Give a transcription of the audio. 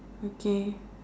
okay